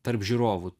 tarp žiūrovų